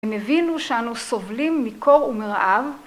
הם הבינו שאנו סובלים מקור ומרעב